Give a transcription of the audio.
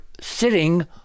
sitting